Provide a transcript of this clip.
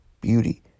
beauty